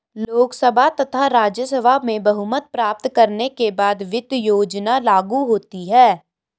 लोकसभा तथा राज्यसभा में बहुमत प्राप्त करने के बाद वित्त योजना लागू होती है